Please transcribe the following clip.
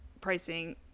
pricing